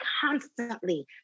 constantly